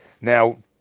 Now